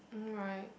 mm right